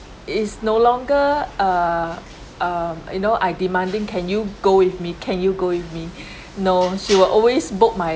is no longer err um you know I demanding can you go with me can you go with me no she will always book my